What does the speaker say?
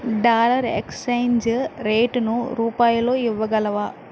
dollar exchange rate ను రూపాయిలో ఇవ్వగలవా